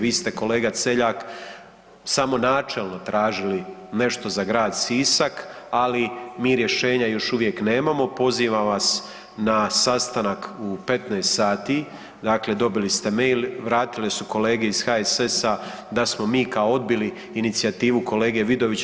Vi ste kolega Celjak samo načelno tražili nešto za grad Sisak, ali mi rješenja još uvijek nemamo, pozivam vas na sastanak u 15 sati, dakle dobili ste mail, vratile su kolege iz HSS-a da smo mi kao odbili inicijativu kolege Vidovića.